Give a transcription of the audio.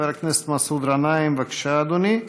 חבר הכנסת מסעוד גנאים, בבקשה, אדוני,